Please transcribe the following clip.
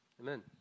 Amen